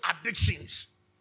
addictions